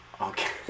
Okay